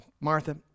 Martha